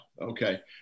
okay